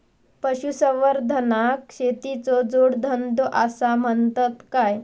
पशुसंवर्धनाक शेतीचो जोडधंदो आसा म्हणतत काय?